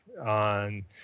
on